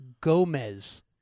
Gomez